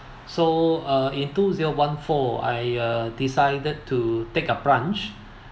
so uh in two zero one four I uh decided to take a brunch